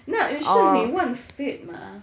那也是你问 fit mah